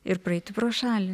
ir praeiti pro šalį